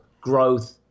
growth